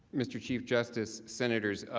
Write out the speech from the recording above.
mr. chief justice, senators,